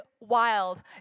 wild